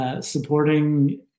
Supporting